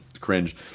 cringe